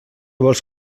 vols